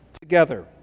together